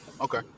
okay